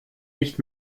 nicht